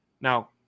Now